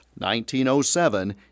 1907